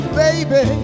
baby